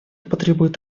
потребует